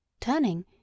Turning